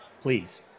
please